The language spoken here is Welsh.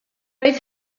oedd